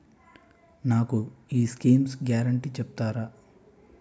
నాకు ఈ schemes guarantee చెప్తారా?